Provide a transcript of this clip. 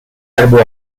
herbe